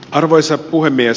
arvoisa puhemies